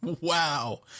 Wow